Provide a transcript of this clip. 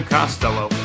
Costello